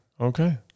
Okay